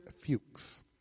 Fuchs